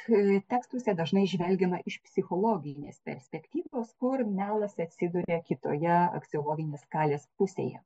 tekstuose dažnai žvelgiama iš psichologinės perspektyvos kur melas atsiduria kitoje aksiologinės skalės pusėje